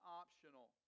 optional